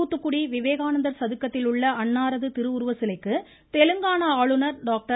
தூத்துக்குடி விவேகானந்தா் சதுக்கத்தில் உள்ள அன்னாரது திருவுருவ சிலைக்கு தெலுங்கானா ஆளுநர் டாக்டர்